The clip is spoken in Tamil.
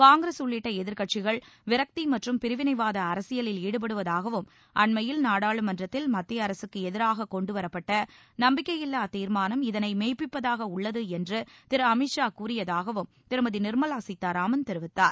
காங்கிரஸ் உள்ளிட்ட எதிர்க்கட்சிகள் விரக்தி மற்றும் பிரிவினைவாத அரசியலில் ஈடுபடுவதாகவும் அண்மையில் நாடாளுமன்றத்தில் மத்திய அரசுக்கு எதிராக கொண்டு வரப்பட்ட நம்பிக்கையில்லா தீர்மானம் இதனை மெய்ப்பிப்பதாக உள்ளது என்று திரு அமித்ஷா கூறியதாகவும் திருமதி நிர்மலா கீதாராமன் தெரிவித்தார்